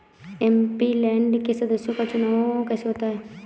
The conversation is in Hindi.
एम.पी.लैंड के सदस्यों का चुनाव कैसे होता है?